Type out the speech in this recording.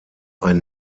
ein